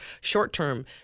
short-term